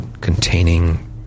containing